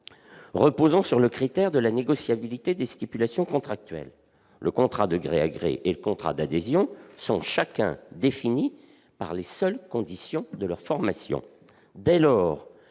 reposent sur le critère de la négociabilité des stipulations contractuelles, le contrat de gré à gré et le contrat d'adhésion seront chacun définis par les seules conditions de leur formation. Dès lors,